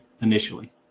initially